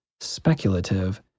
speculative